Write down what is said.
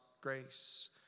grace